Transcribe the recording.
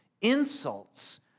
insults